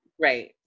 right